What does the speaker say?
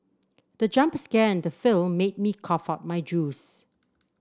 the jump scare in the film made me cough out my juice